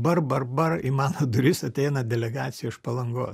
bar bar bar į mano duris ateina delegacija iš palangos